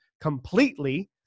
completely